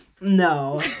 no